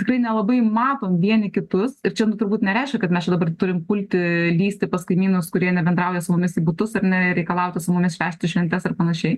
tikrai nelabai matom vieni kitus ir čia nu turbūt nereiškia kad mes čia dabar turim pulti lįsti pas kaimynus kurie nebendrauja su mumis į butus ar ne reikalautų su mumis švęsti šventes ar panašiai